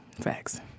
Facts